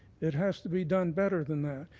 it has to be done better than that.